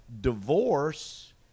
divorce